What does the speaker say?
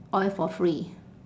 oil for free